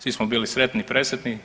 Svi smo bili sretni, presretni.